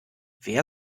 wer